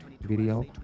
video